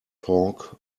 talk